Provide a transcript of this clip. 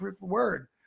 Word